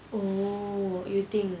oh you think